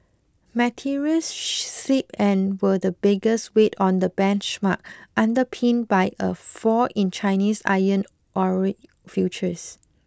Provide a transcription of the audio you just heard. materials slipped and were the biggest weight on the benchmark underpinned by a fall in Chinese iron ore futures